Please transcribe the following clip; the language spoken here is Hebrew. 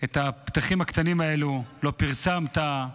את הפתחים הקטנים, כמו "לא פרסמת"